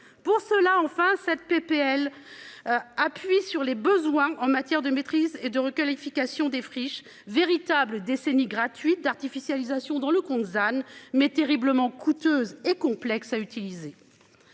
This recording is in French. pour cela. Enfin cette PPL. Appuie sur les besoins en matière de maîtrise et de requalification des friches véritable décennies gratuite d'artificialisation dans le than mais terriblement coûteuse et complexe à utiliser.